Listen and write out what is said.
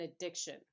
addiction